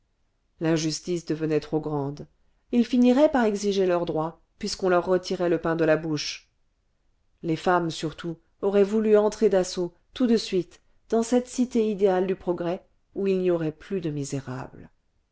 l'injustice devenait trop grande ils finiraient par exiger leur droit puisqu'on leur retirait le pain de la bouche les femmes surtout auraient voulu entrer d'assaut tout de suite dans cette cité idéale du progrès où il n'y aurait plus de misérables